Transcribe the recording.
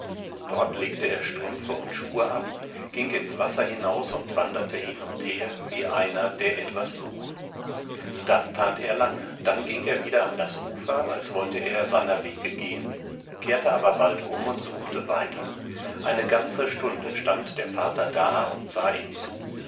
dort legte er strümpfe und schuhe ab ging ins wasser hinaus und wanderte hin und her wie einer der etwas sucht das tat er lange dann ging er wieder an das ufer als wollte er seiner wege gehen kehrte aber bald um und suchte weiter eine ganze stunde stand der vater da und sah ihm zu